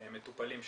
מטופלים שונים.